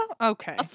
Okay